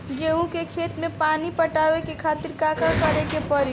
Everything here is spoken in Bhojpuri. गेहूँ के खेत मे पानी पटावे के खातीर का करे के परी?